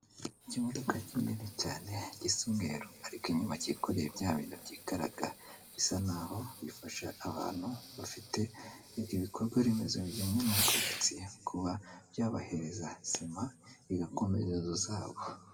Ikimodoka kinini cyane gisa umweru ariko inyuma cyikoreye bya bintu byikaraga, bisa nk'aho bifasha abantu bafite ibikorwaremezo bijyanye n'ubwubatsi kuba byabahereza sima bigakomeza inzu zabo.